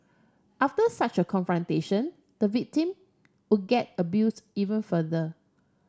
after such a confrontation the victim would get abused even further